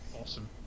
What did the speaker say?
awesome